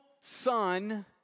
Son